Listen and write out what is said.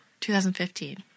2015